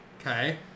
Okay